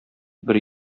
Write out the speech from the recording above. бер